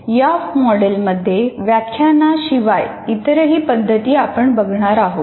या मॉडेलमध्ये व्याख्याना शिवाय इतरही पद्धती आपण बघणार आहोत